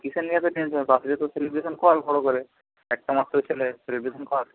কীসের নিয়ে এত টেনশান বার্থডে তো সেলিব্রেশন কর বড়ো করে একটা মাত্র ছেলে সেলিব্রেশন কর